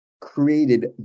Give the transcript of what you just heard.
created